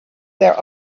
their